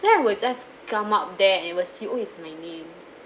then I will just come up there and will see oh it's my name